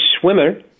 swimmer